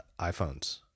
iPhones